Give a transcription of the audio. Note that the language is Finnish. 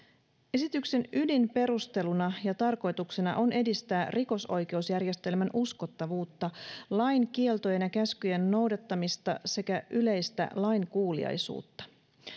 esityksen ydinperusteluna ja tarkoituksena on edistää rikosoikeusjärjestelmän uskottavuutta lain kieltojen ja käskyjen noudattamista sekä yleistä lainkuuliaisuutta